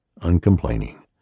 uncomplaining